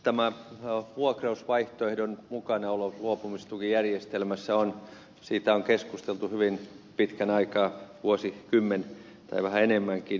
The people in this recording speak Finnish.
tästä vuokrausvaihtoehdon mukanaolosta luopumistukijärjestelmässä on keskusteltu hyvin pitkän aikaa vuosikymmen tai vähän enemmänkin